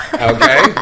Okay